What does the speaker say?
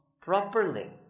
properly